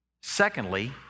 Secondly